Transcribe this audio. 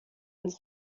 ins